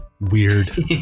Weird